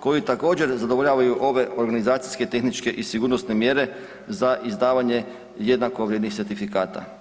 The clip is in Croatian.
koji također zadovoljavaju ove organizacijske, tehničke i sigurnosne mjere za izdavanje jednako vrijednih certifikata.